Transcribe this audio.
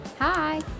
Hi